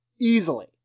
Easily